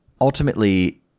Ultimately